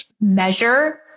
measure